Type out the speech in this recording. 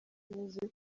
inoze